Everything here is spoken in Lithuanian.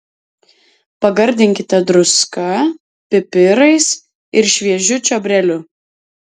pagardinkite druska pipirais ir šviežiu čiobreliu